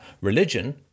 religion